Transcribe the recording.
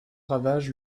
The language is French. ravage